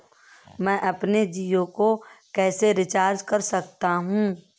मैं अपने जियो को कैसे रिचार्ज कर सकता हूँ?